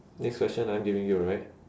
next question I'm giving you right